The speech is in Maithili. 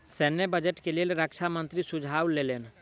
सैन्य बजट के लेल रक्षा मंत्री सुझाव लेलैन